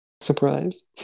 Surprise